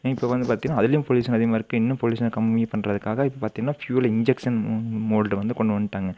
இப்போ வந்து பார்த்தீங்கன்னா அதுலேயும் பொல்யூஷன் அதிகமாக இருக்குது இன்னும் பொல்யூஷனை கம்மி பண்ணுறதுக்காக இப்போ பார்த்தீங்கன்னா ஃப்யூல் இன்ஜெக்ஷன் மோ மோல்டை வந்து கொண்டு வந்துவிட்டாங்க